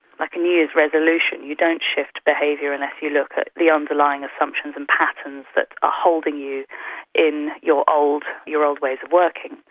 like a new year's resolution, you don't shift behaviour unless you look at the underlying assumptions and patterns that are ah holding you in your old your old ways of working.